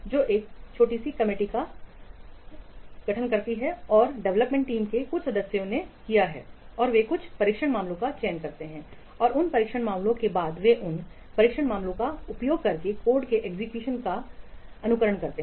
तो एक छोटी सी समिति का गठन शायद और विकास टीम के कुछ सदस्यों ने किया और वे कुछ परीक्षण मामलों का चयन करते हैं और उन परीक्षण मामलों के बाद वे उन परीक्षण मामलों का उपयोग करके कोड के एग्जीक्यूशन का अनुकरण करते हैं